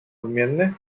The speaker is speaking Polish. odmienny